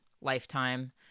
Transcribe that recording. lifetime